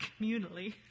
communally